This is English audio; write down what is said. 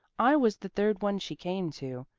i was the third one she came to,